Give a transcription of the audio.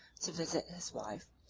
to visit his wife,